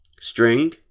string